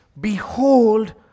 Behold